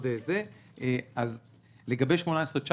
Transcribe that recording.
לגבי 18-19